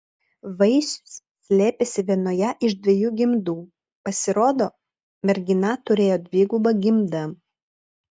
vaisius slėpėsi vienoje iš dviejų gimdų pasirodo mergina turėjo dvigubą gimdą